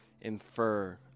infer